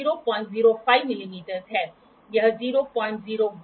तो मैं उसी दिशा में 18" जोड़ूंगा और फिर मैं इस दिशा में 3" घटाऊंगा